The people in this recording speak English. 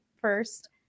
first